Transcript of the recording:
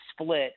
split